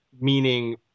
meaning